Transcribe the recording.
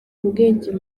ubwenge